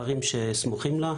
והכפרים שסמוכים לה.